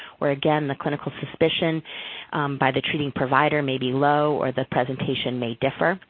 or again, the clinical suspicion by the treating provider may be low or the presentation may differ.